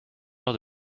leur